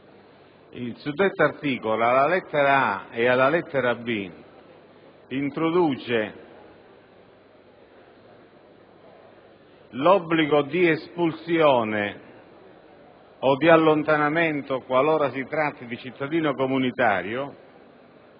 Il suddetto articolo, al comma 1, lettere *a)* e *b)*, introduce l'obbligo di espulsione o di allontanamento qualora si tratti di cittadino comunitario,